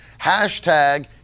hashtag